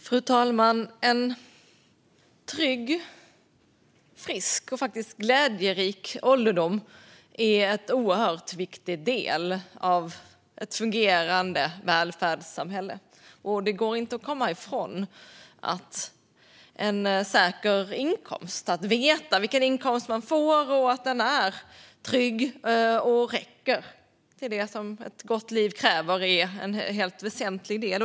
Fru talman! En trygg, frisk och faktiskt glädjerik ålderdom är en oerhört viktig del av ett fungerande välfärdssamhälle. Och det går inte att komma ifrån att en säker inkomst, att veta vilken inkomst man får och att den är trygg och räcker till det som ett gott liv kräver, är en helt väsentlig del.